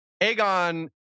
Aegon